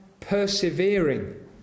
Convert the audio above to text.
persevering